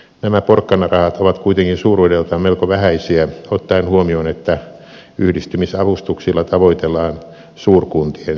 nämä porkkanarahat ovat kuitenkin suuruudeltaan melko vähäisiä ottaen huomioon että yhdistymisavustuksilla tavoitellaan suurkuntien syntymistä